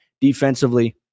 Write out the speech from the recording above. defensively